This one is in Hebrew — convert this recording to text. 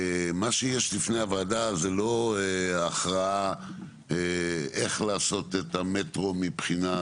מה שיש לפני הוועדה זה לא הכרעה איך לעשות את המטרו מבחינת,